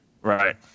Right